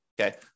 Okay